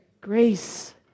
grace